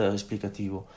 esplicativo